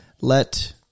let